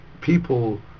People